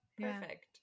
perfect